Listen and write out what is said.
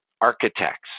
architects